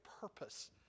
purpose